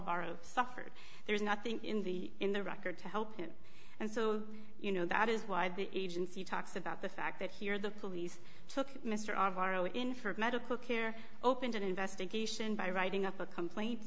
aral suffered there's nothing in the in the record to help him and so you know that is why the agency talks about the fact that here the police took mr r o in for medical care opened an investigation by writing up a complaint